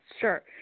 Sure